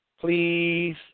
please